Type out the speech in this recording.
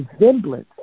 resemblance